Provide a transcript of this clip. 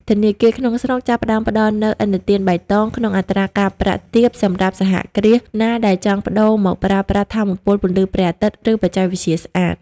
ធនាគារក្នុងស្រុកចាប់ផ្ដើមផ្ដល់នូវ "ឥណទានបៃតង" ក្នុងអត្រាការប្រាក់ទាបសម្រាប់សហគ្រាសណាដែលចង់ប្ដូរមកប្រើប្រាស់ថាមពលពន្លឺព្រះអាទិត្យ ឬបច្ចេកវិទ្យាស្អាត។